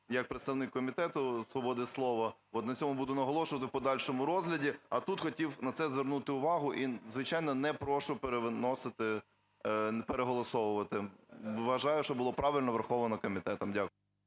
як представник Комітету свободи слова от на цьому буду наголошувати в подальшому розгляді. А тут хотів на це звернути увагу і, звичайно, не прошу переголосовувати. Вважаю, що було правильно враховано комітетом. Дякую.